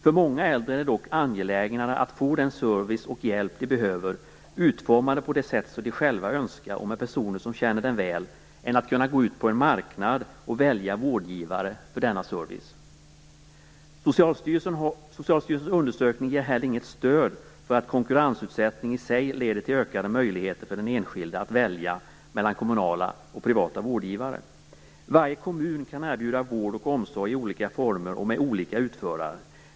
För många äldre är det dock angelägnare att få den service och hjälp som de behöver, utformad på det sätt som de själva önskar och med personer som känner dem väl, än att kunna gå ut på en marknad och välja vårdgivare för denna service. Socialstyrelsens undersökning ger inte heller något stöd för att konkurrensutsättning i sig leder till ökade möjligheter för den enskilde att välja mellan kommunala och privata vårdgivare. Varje kommun kan erbjuda vård och omsorg i olika former och med olika utförare.